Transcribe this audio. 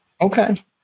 Okay